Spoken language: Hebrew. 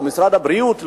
או משרד הבריאות,